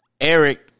Eric